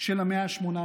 של המאה ה-18.